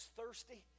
thirsty